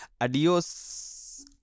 adios